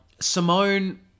Simone